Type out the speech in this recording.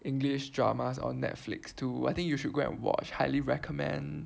English dramas on Netflix too I think you should go and watch highly recommend